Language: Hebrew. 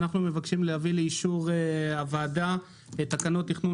אנחנו מבקשים להביא לאישור הוועדה את תקנות תכנון